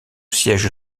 siège